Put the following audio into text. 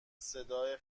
صدای